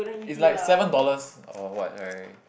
is like seven dollars or what right